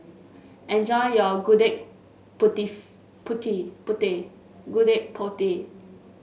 enjoy your Gudeg Putih Gudeg Putih